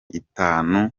itanu